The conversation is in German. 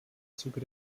zuge